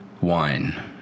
wine